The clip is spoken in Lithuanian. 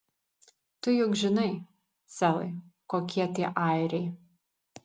tu juk žinai selai kokie tie airiai